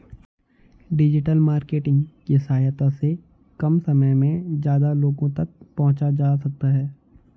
digital marketing की सहायता से कम समय में ज्यादा लोगो तक पंहुचा जा सकता है